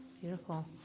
beautiful